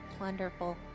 Wonderful